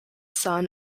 son